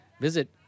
visit